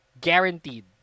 guaranteed